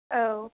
औ